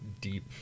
deep